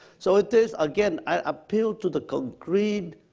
so it is, again, an appeal to the concrete,